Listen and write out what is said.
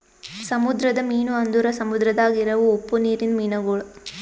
ಸಮುದ್ರದ ಮೀನು ಅಂದುರ್ ಸಮುದ್ರದಾಗ್ ಇರವು ಉಪ್ಪು ನೀರಿಂದ ಮೀನುಗೊಳ್